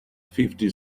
fifty